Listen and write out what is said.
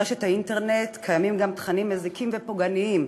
ברשת האינטרנט קיימים גם תכנים מזיקים ופוגעניים,